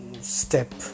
step